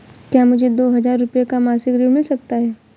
क्या मुझे दो हजार रूपए का मासिक ऋण मिल सकता है?